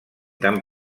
tan